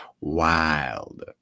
wild